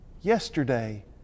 yesterday